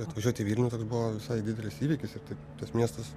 atvažiuot į vilnių toks buvo visai didelis įvykis ir taip tas miestas